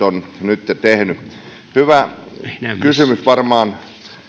on nytten tehty hyvä kysymys joka varmaan